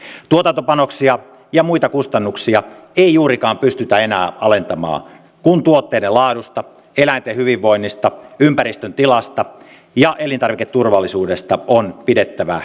tuotantopanoksia ja muita kustannuksia ei juurikaan pystytä enää alentamaan kun tuotteiden laadusta eläinten hyvinvoinnista ympäristön tilasta ja elintarviketurvallisuudesta on pidettävä kiinni